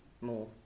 more